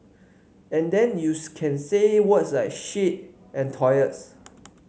and then you can say words like shit and toilets